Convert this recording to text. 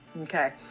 Okay